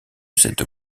cette